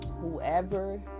Whoever